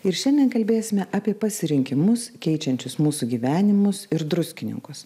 ir šiandien kalbėsime apie pasirinkimus keičiančius mūsų gyvenimus ir druskininkus